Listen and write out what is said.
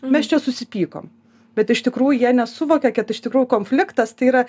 mes čia susipykom bet iš tikrųjų jie nesuvokia kad iš tikrųjų konfliktas tai yra